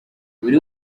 buri